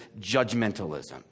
judgmentalism